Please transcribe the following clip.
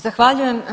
Zahvaljujem.